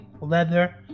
leather